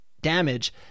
damage